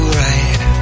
right